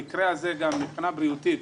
במקרה הזה גם מבחינה בריאותית,